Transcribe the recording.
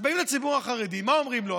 אז באים לציבור החרדי, מה אומרים לו?